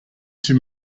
two